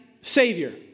Savior